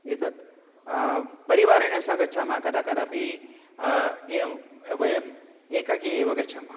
एतत् परिवारेण सह गच्छामः कदा कदापि एवं वयम् एकाकी एव गच्छामः